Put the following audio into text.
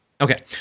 Okay